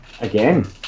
again